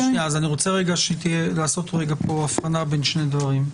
אני רוצה לעשות כאן הבחנה בין שני דברים.